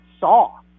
saw